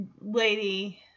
lady